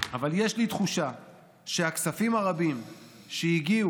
אבל יש לי תחושה שהכספים הרבים שהגיעו